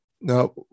Now